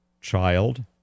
child